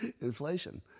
Inflation